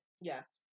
Yes